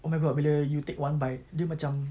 oh my god bila you take one bite dia macam